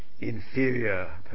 inferior